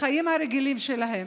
לחיים הרגילים שלהם,